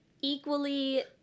equally